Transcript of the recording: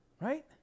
right